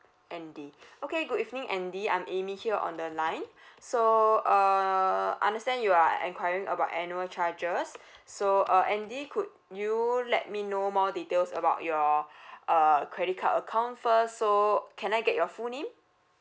andy okay good evening andy I'm amy here on the line so err I understand you are enquiring about annual charges so uh andy could you let me know more details about your uh credit card account first so can I get your full name